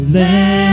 Let